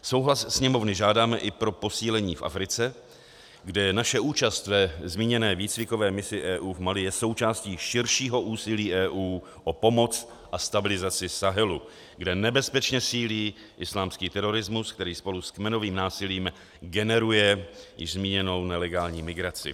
Souhlas Sněmovny žádáme i pro posílení v Africe, kde naše účast ve zmíněné výcvikové misi EU v Mali je součástí širšího úsilí EU o pomoc a stabilizaci Sahelu, kde nebezpečně sílí islámský terorismus, který spolu s kmenovým násilím generuje již zmíněnou nelegální migraci.